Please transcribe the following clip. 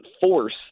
force